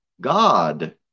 God